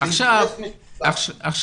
ברור.